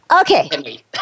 Okay